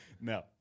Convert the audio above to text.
no